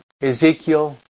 Ezekiel